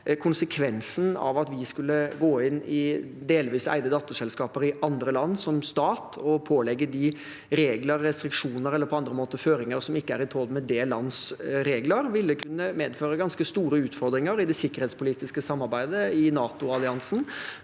at vi som stat skulle gå inn i delvis eide datterselskaper i andre land og pålegge dem regler, restriksjoner eller føringer som ikke er i tråd med det landets regler, ville kunne medføre ganske store utfordringer i det sikkerhetspolitiske samarbeidet i NATO-alliansen.